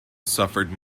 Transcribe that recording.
suffered